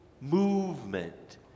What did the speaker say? movement